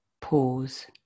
Pause